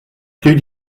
plus